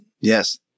Yes